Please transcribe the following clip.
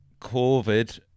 COVID